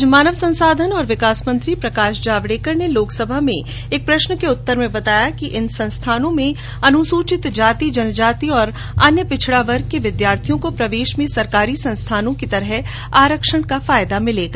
आज मानव संसाधन और विकास मंत्री प्रकाश जावडेकर ने लोकसभा में एक प्रश्न के उत्तर में बताया कि इन संस्थानों में अनुसूचित जाति और अन्य पिछड़ा वर्ग के विद्यार्थियों को प्रवेश में सरकारी संस्थानों की तरह आरक्षण का फायदा मिलेगा